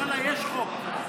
ואללה, יש חוק.